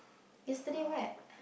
yesterday what